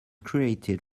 created